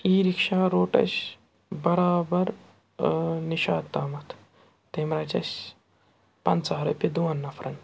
ای rickshaw route اَسہِ بَرابر نِشاط تامَتھ تٔمۍ رَچہِ اَسہِ پَنژاہ رۄپیہِ دۄن نَفرَن